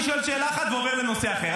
אני שואל שאלה אחת ועובר לנושא אחר.